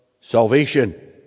salvation